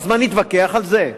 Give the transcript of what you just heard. אז מה נתווכח על זה?